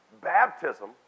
Baptism